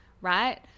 right